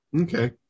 okay